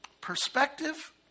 perspective